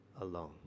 alone